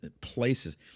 places